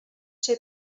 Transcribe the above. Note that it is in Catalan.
ser